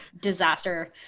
disaster